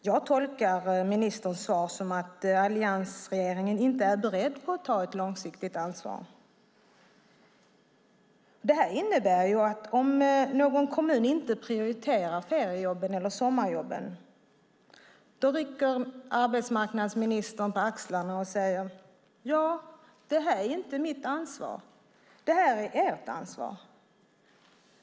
Jag tolkar ministerns svar som att alliansregeringen inte är beredd att ta ett långsiktigt ansvar. Det innebär att om någon kommun inte prioriterar feriejobb eller sommarjobb rycker arbetsmarknadsministern på axlarna och säger: Detta är inte mitt ansvar utan ert ansvar.